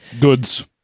Goods